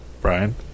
Brian